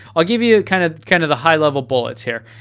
i'll give you you kind of kind of the high level bullets here.